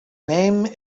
name